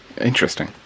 Interesting